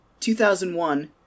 2001